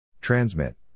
Transmit